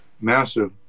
massive